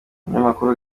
umunyamakuru